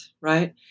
right